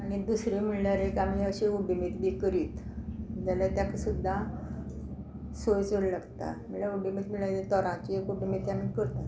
आनी दुसरें म्हणल्यार एक आमी अशी उड्डमेती बी करीत जाल्यार ताका सुद्दां सोय चड लागता म्हळ्यार उड्डमेती म्हणल्यार तोरांची एक उड्डमेती आमी करतात